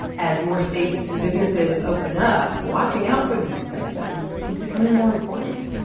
as more states and businesses open up, watching out for these symptoms is becoming more important.